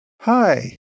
Hi